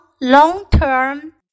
long-term